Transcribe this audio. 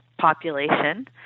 population